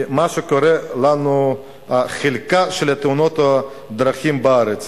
מה שקורה לנו בתאונות הדרכים בארץ: